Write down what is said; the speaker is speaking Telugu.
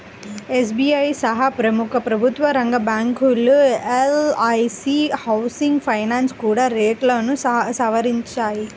ఎస్.బీ.ఐ సహా ప్రముఖ ప్రభుత్వరంగ బ్యాంకులు, ఎల్.ఐ.సీ హౌసింగ్ ఫైనాన్స్ కూడా రేట్లను సవరించాయి